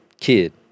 kid